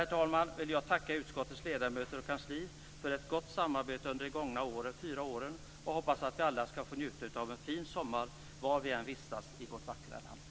Efter detta vill jag tacka utskottets ledamöter och kansli för ett gott samarbete under de gångna fyra åren och hoppas att vi alla skall få njuta av en fin sommar var vi än vistas i vårt vackra land.